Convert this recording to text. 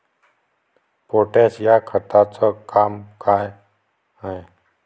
Potash या खताचं काम का हाय?